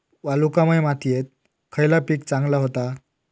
वालुकामय मातयेत खयला पीक चांगला होता?